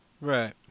Right